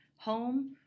home